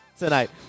tonight